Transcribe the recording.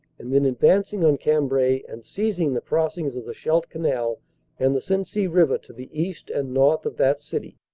and then advancing on cambrai and seizing the crossings of the scheidt canal and the sensee river to the east and north of that city.